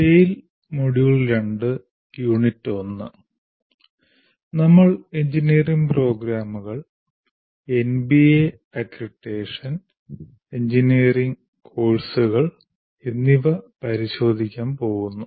TALE module 2 unit 1 നമ്മൾ engineering പ്രോഗ്രാമുകൾ NBA accreditation engineering കോഴ്സുകൾ എന്നിവ പരിശോധിക്കാൻ പോകുന്നു